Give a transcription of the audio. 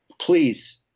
please